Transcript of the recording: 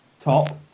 top